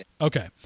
Okay